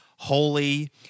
holy